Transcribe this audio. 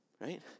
right